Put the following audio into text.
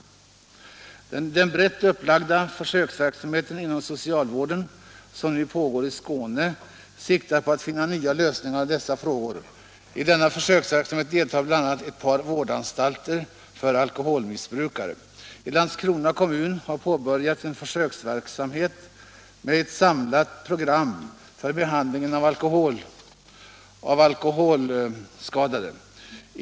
Den brett upplagda försöksverksamheten inom socialvården, som nu pågår i Skåne, siktar mot att finna nya lösningar på dessa frågor. I denna försöksverksamhet deltar bl.a. ett par vårdanstalter för alkoholmissbrukare. I Landskrona kommun har påbörjats en försöksverksamhet med ett samlat program för behandlingen av alkoholskadade.